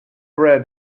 bread